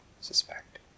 suspect